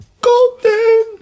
Golden